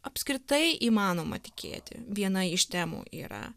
apskritai įmanoma tikėti viena iš temų yra